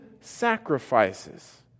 sacrifices